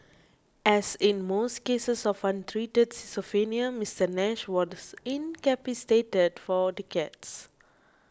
as in most cases of untreated schizophrenia Mister Nash was incapacitated for decades